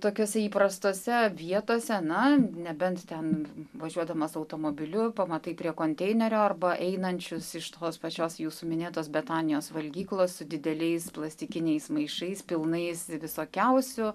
tokiose įprastose vietose na nebent ten važiuodamas automobiliu pamatai prie konteinerio arba einančius iš tos pačios jūsų minėtos betanijos valgyklos su dideliais plastikiniais maišais pilnais visokiausių